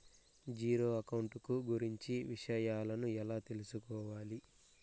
Zero account కు గురించి విషయాలను ఎలా తెలుసుకోవాలి?